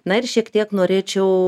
na ir šiek tiek norėčiau